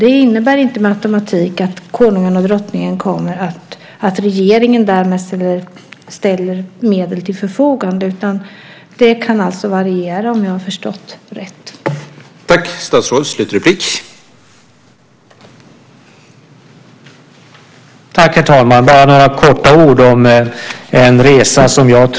Att konungen och drottningen gör ett statsbesök innebär inte med automatik att regeringen ställer medel till förfogande, utan det kan alltså variera, om jag har förstått det rätt.